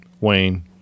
Wayne